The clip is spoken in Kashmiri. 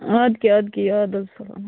اَدٕ کیٛاہ اَدٕ کیٛاہ اَدٕ حظ سلام